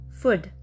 food